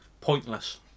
Pointless